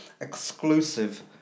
exclusive